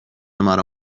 مرا